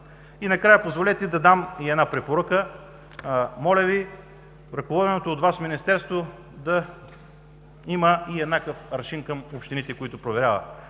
И накрая, позволете да дам една препоръка. Моля Ви, ръководеното от Вас Министерство да има еднакъв аршин към общините, които проверява.